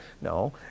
No